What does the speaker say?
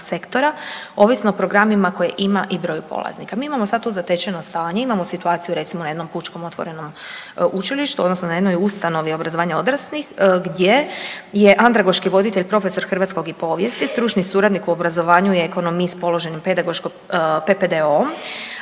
sektora ovisno o programima koje ima i broju polaznika. Mi imamo sad tu zatečeno stanje, imamo situaciju recimo na jednom pučkom otvorenom učilištu odnosno na jednoj ustanovi obrazovanja odraslih gdje je andragoški voditelj profesor hrvatskog i povijesti, stručni suradnik u obrazovanju je ekonomist s položenim pedagoško PPD-om,